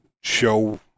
show